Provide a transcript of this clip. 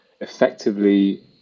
effectively